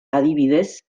adibidez